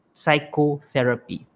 psychotherapy